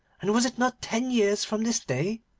and was it not ten years from this day